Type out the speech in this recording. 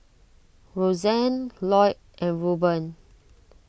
Roxane Lloyd and Ruben